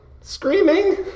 screaming